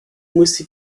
muss